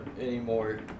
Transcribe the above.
Anymore